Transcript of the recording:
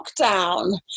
lockdown